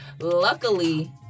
Luckily